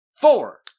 Four